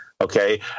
okay